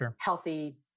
healthy